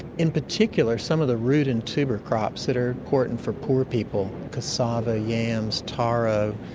in particular some of the root and tuber crops that are important for poor people cassava, yams, taro,